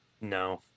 no